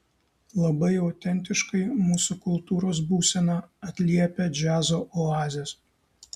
labai autentiškai mūsų kultūros būseną atliepia džiazo oazės